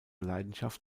leidenschaft